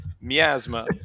Miasma